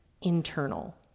internal